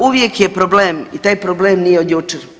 Uvijek je problem i taj problem nije od jučer.